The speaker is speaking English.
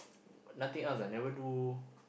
nothing else ah never do